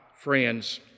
friends